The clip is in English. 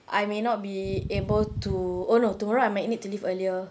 I may not be able to oh no tomorrow I might need to leave earlier